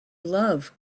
love